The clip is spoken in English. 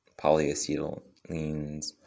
Polyacetylenes